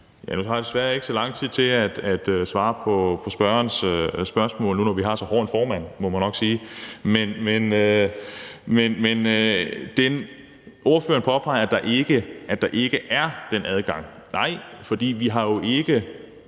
Nu har jeg desværre ikke så lang tid til at svare på spørgsmålet, når vi har så hård en formand – må man nok sige. Men spørgeren påpeger, at der ikke er den adgang. Nej, for vi har jo ikke